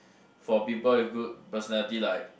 for people with good personality like